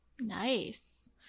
Nice